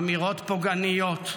אמירות פוגעניות,